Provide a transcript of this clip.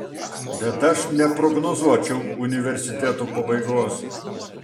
bet aš neprognozuočiau universitetų pabaigos